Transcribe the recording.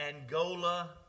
Angola